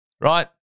right